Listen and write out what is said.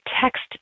text